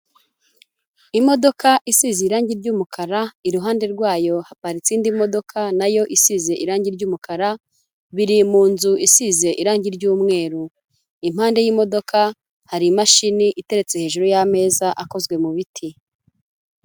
Imodoka isize irangi ry'umukara, iruhande rwayo haparitse indi modoka nayo isize irangi ry'umukara, biri mu nzu isize irangi ry'umweru, impande y'imodoka hari imashini iteretse hejuru y'ameza akozwe mu biti.